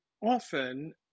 often